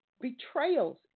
betrayals